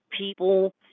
people